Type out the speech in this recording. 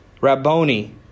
Rabboni